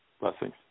Blessings